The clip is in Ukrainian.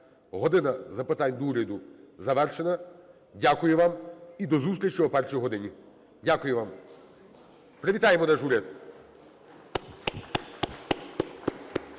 "Година запитань до Уряду" завершена. Дякую вам і до зустрічі о першій годині. Дякую вам. Привітаємо наш уряд.